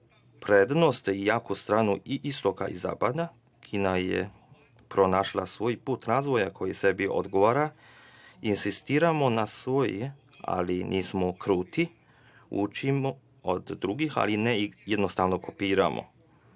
prednost i jaku stranu istoka i zapada, Kina je pronašla svoj put razvoja koji joj odgovara. Insistiramo na svojem, ali nismo kruti, učimo od drugih, ali ih ne kopiramo.